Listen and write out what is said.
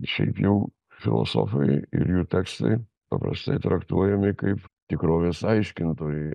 šiaip jau filosofai ir jų tekstai paprastai traktuojami kaip tikrovės aiškintojai